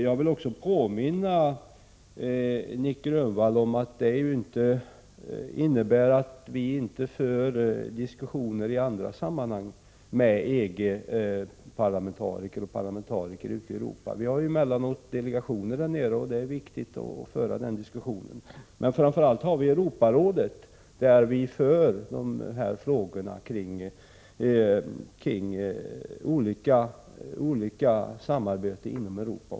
Jag vill påminna Nic Grönvall om att det inte innebär att vi inte för diskussioner i andra sammanhang med EG-parlamentariker och parlamentariker ute i Europa. Vi har emellanåt delegationer där nere. Det är viktigt att föra diskussioner. Framför allt i Europarådet diskuterar vi frågorna rörande samarbete inom Europa.